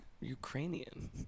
Ukrainian